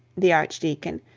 the archdeacon,